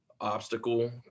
obstacle